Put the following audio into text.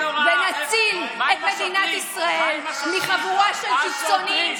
בזכותם ננצח ונציל את מדינת ישראל מחבורה של קיצוניים,